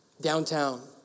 downtown